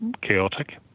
chaotic